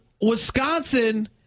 Wisconsin